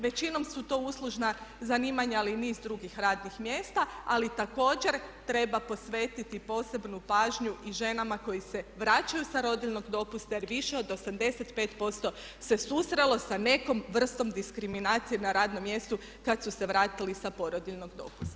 Većinom su to uslužna zanimanja ali i niz drugih radnih mjesta ali također treba posvetiti posebnu pažnju i ženama koje se vraćaju sa rodiljnog dopusta jer više od 85% se susrelo sa nekom vrstom diskriminacije na radnom mjestu kad su se vratili sa porodiljinog dopusta.